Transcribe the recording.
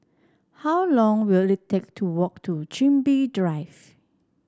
how long will it take to walk to Chin Bee Drive